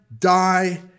die